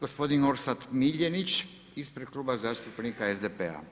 Gospodin Orsat Miljenić ispred Kluba zastupnika SDP-a.